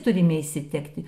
turime išsitekti